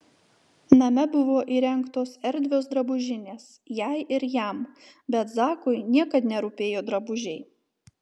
name buvo įrengtos erdvios drabužinės jai ir jam bet zakui niekad nerūpėjo drabužiai